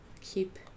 keep